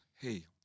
Hey